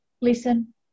listen